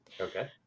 Okay